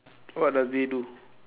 what does they do